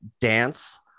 dance